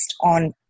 on